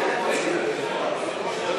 את מתנגדת, אין בעיה.